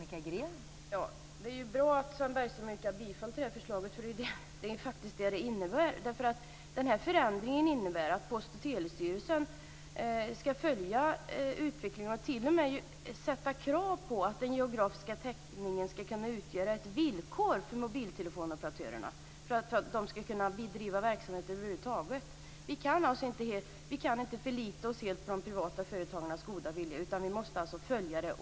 Fru talman! Det är bra att Sven Bergström yrkar bifall till det här förslaget, eftersom det faktiskt är detta som det innebär. Den här förändringen innebär nämligen att Post och telestyrelsen ska följa utvecklingen och t.o.m. ställa krav på att den geografiska täckningen ska kunna utgöra ett villkor för mobiltelefonoperatörerna för att de ska kunna bedriva verksamhet över huvud taget. Vi kan inte förlita oss helt på de privata företagens goda vilja, utan vi måste följa detta.